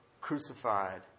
crucified